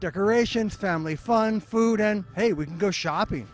decorations family fun food and they would go shopping